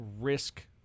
risk